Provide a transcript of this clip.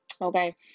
okay